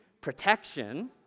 protection